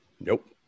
Nope